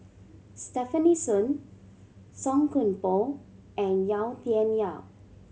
Stefanie Sun Song Koon Poh and Yau Tian Yau